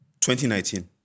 2019